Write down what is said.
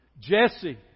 Jesse